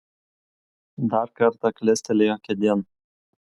dar kartą klestelėjo kėdėn